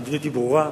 המדיניות היא ברורה,